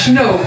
no